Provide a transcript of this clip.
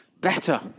better